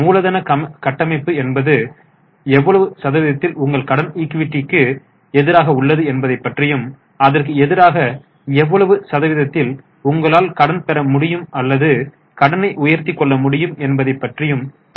மூலதன கட்டமைப்பு என்பது எவ்வளவு சதவீதத்தில் உங்கள் கடன் ஈக்விட்டி க்கு எதிராக உள்ளது என்பதைப் பற்றியும் அதற்கு எதிராக எவ்வளவு சதவீதத்தில் உங்களால் கடன் பெற முடியும் அல்லது கடனை உயர்த்தி கொள்ள முடியும் என்பதைப் பற்றியும் பார்ப்போம்